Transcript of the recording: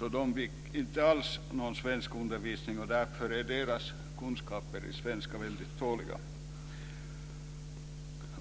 och inte alls fick någon språkundervisning. Därför är deras kunskaper i svenska ofta väldigt dåliga.